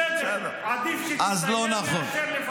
בסדר, אז לא נכון.